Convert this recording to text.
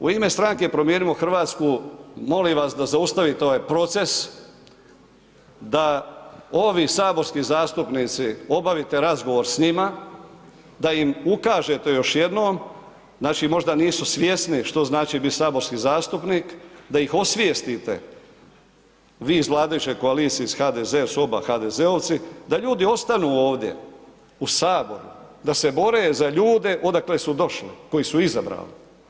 Znači, u ime stranke Promijenimo Hrvatsku molim vas da zaustavite ovaj proces, da ovi saborski zastupnici obavite razgovor s njima, da im ukažete još jednom, znači možda nisu svjesni što znači bit saborski zastupnik, da ih osvijestite, vi iz vladajuće koalicije, iz HDZ-a, jer su oba HDZ-ovci, da ljudi ostanu ovdje u Saboru, da se bore za ljude odakle su došli, koji su ih izabrali.